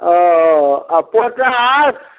ओ आ पोटाश